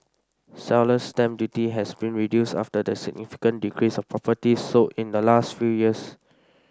seller's stamp duty has been reduced after the significant decrease of properties sold in the last few years